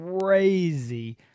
crazy